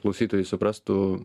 klausytojai suprastų